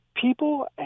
people